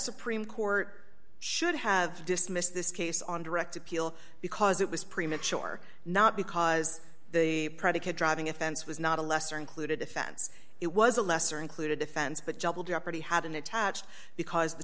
supreme court should have dismissed this case on direct appeal because it was premature not because the predicate driving offense was not a lesser included offense it was a lesser included offense but jabal jeopardy had an attached because the